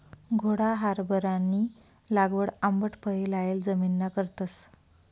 घोडा हारभरानी लागवड आंबट फये लायेल जमिनना करतस